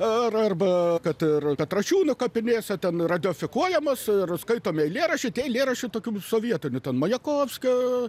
ar arba kad ir petrašiūnų kapinėse ten radiofikuojamos ir skaitomi eilėraščiai tie eilėraščiai tokių sovietinių ten majakovskio